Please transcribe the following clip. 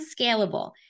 scalable